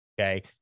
Okay